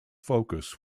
focus